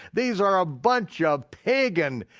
these are a bunch of pagan,